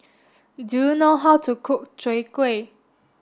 do you know how to cook Chwee Kueh